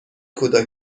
کوتاه